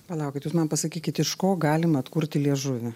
palaukit jūs man pasakykit iš ko galima atkurti liežuvį